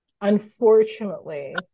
unfortunately